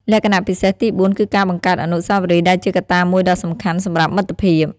លក្ខណៈពិសេសទីបួនគឺការបង្កើតអនុស្សាវរីយ៍ដែលជាកត្តាមួយដ៏សំខាន់សម្រាប់មិត្តភាព។